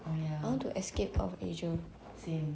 I want to escape out of asia